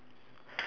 then